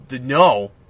no